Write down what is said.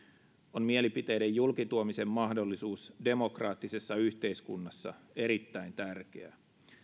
on mielipiteiden julkituomisen mahdollisuus demokraattisessa yhteiskunnassa erittäin tärkeää